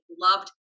loved